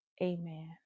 Amen